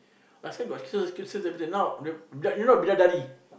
last time got Christian cemetery now oh you know the Bidadari